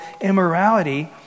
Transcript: immorality